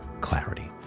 clarity